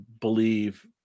believe